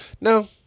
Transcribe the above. no